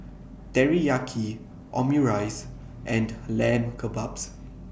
Teriyaki Omurice and Lamb Kebabs